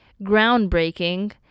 groundbreaking